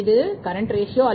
இது current ratio இருக்கும்